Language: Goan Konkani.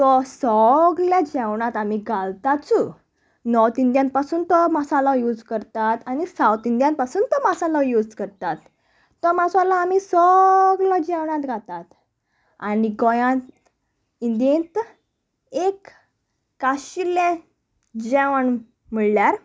तो सगल्या जेवणांत आमी घालताचू नोर्थ इंंदियन पासून तो मसालो यूज करतात आनी सावत इंडियान पासून तो मसालो यूज करतात तो मसालो आमी सगलो जेवणांत घातात आनी गोंयांत इंडियेंत एक काशिल्ले जेवण म्हणळल्यार